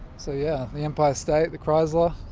so yeah. the empire state, the chrysler,